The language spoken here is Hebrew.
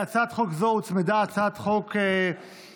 להצעת חוק זו הוצמדה הצעת חוק זהה,